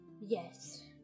Yes